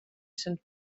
sant